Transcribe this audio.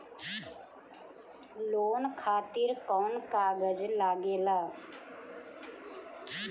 Loan खातिर कौन कागज लागेला?